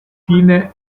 fine